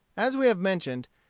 as we have mentioned,